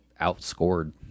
outscored